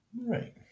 Right